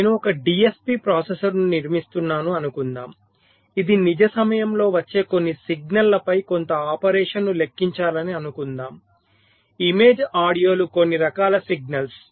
నేను ఒక DSP ప్రాసెసర్ను నిర్మిస్తున్నాను అనుకుందాం ఇది నిజ సమయంలో వచ్చే కొన్ని సిగ్నల్లపై కొంత ఆపరేషన్ను లెక్కించాలని అనుకుందాం ఇమేజ్ ఆడియోలు కొన్ని రకాల సిగ్నల్స్